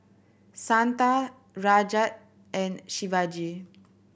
Santha Rajat and Shivaji